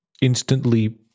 instantly